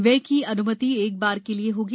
व्यय की अनुमति एक बार के लिये होगी